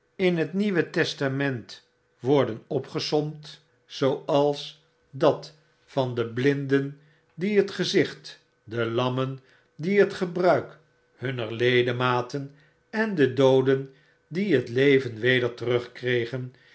in het nieuwe testament worden opgesomd zooals dat van de blinden die het gezicht de lammen die het gebruik hunner ledematen en de dooden die het leven weder